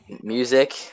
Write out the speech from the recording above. Music